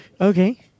Okay